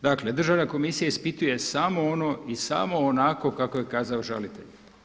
Dakle državna komisija ispituje samo ono i samo onako kako je kazao žalitelj.